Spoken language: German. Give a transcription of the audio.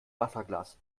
wasserglas